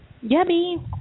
Yummy